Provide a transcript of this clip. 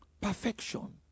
perfection